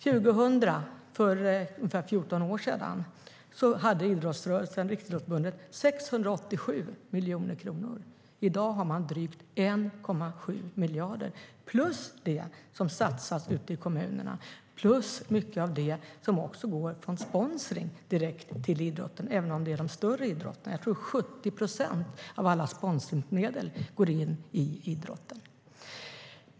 År 2000, för ungefär 14 år sedan, hade idrottsrörelsen, Riksidrottsförbundet, 687 miljoner kronor. I dag har de drygt 1,7 miljarder plus det som satsas ute i kommunerna plus mycket av det som också går som sponsring direkt till idrotterna - även om det gäller de större idrotterna. Jag tror att 70 procent av alla sponsringsmedel går in i idrotten.